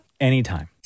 anytime